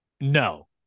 no